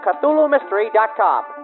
CthulhuMystery.com